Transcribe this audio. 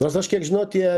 nors aš kiek žinau tie